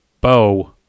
bow